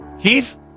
Keith